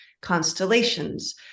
constellations